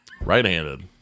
Right-handed